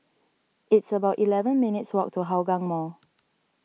it's about eleven minutes' walk to Hougang Mall